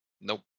Nope